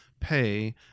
Pay